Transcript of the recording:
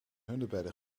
hunebedden